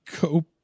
go